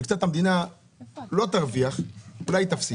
ואולי המדינה לא תרוויח, אלא תפסיד.